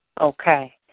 Okay